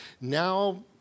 now